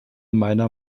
meiner